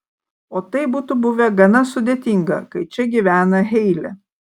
o tai būtų buvę gana sudėtinga kai čia gyvena heilė